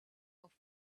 off